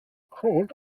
crawled